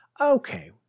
okay